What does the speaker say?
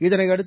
இதனையடுத்து